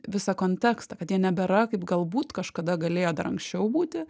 visą kontekstą kad jie nebėra kaip galbūt kažkada galėjo dar anksčiau būti